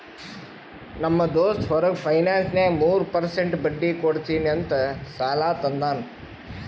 ನಮ್ ದೋಸ್ತ್ ಹೊರಗ ಫೈನಾನ್ಸ್ನಾಗ್ ಮೂರ್ ಪರ್ಸೆಂಟ್ ಬಡ್ಡಿ ಕೊಡ್ತೀನಿ ಅಂತ್ ಸಾಲಾ ತಂದಾನ್